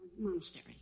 monastery